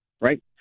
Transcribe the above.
right